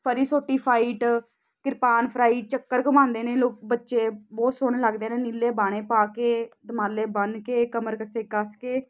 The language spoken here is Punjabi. ਫਰੀ ਸੋਟੀ ਫਾਈਟ ਕਿਰਪਾਨ ਫਰਾਈ ਚੱਕਰ ਉਂਦੇ ਨੇ ਲੋ ਬੱਚੇ ਬਹੁਤ ਸੋਹਣੇ ਲੱਗਦੇ ਨੇ ਨੀਲੇ ਬਾਣੇ ਪਾ ਕੇ ਦੁਮਾਲੇ ਬੰਨ ਕੇ ਕਮਰ ਕੱਸੇ ਕੱਸ ਕੇ